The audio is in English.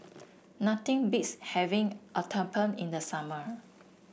nothing beats having Uthapam in the summer